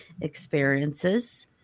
experiences